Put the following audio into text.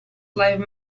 live